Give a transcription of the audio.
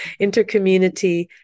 intercommunity